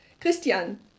Christian